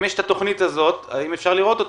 אם יש את התוכנית הזאת, האם אפשר לראות אותה?